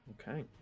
Okay